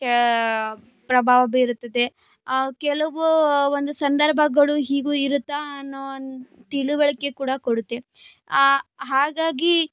ಪ್ರಭಾವ ಬೀರುತ್ತದೆ ಕೆಲವು ಒಂದು ಸಂದರ್ಭಗಳು ಹೀಗೂ ಇರುತ್ತಾ ಅನ್ನೋ ಒಂದು ತಿಳುವಳಿಕೆ ಕೂಡ ಕೊಡುತ್ತೆ ಹಾಗಾಗಿ